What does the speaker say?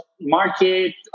market